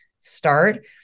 start